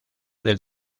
del